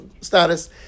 status